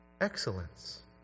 Excellence